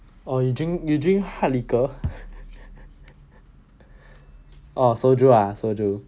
oh you drink you drink hard liquor oh soju ah soju